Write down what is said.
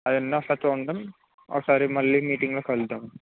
అవన్నీ ఒకసారి చూడండి ఒకసారి మళ్ళీ మీటింగ్ లో కలుద్ధాం